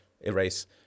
erase